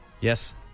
Yes